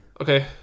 Okay